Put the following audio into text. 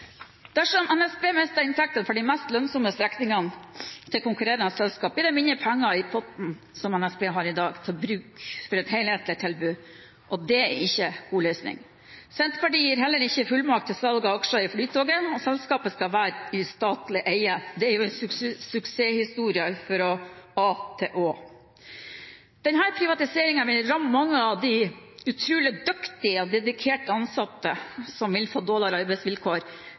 Dersom NSB mister inntektene fra de mest lønnsomme strekningene til konkurrerende selskaper, blir det mindre penger i den potten som NSB i dag bruker på å drive et helhetlig tilbud, og det er ikke en god løsning. Senterpartiet gir heller ikke fullmakt til salg av aksjer i Flytoget, selskapet skal være i statlig eie – det er jo en suksesshistorie fra A til Å. Denne privatiseringen vil ramme mange av de utrolig dyktige og dedikerte ansatte, som vil få dårligere arbeidsvilkår.